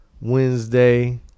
Wednesday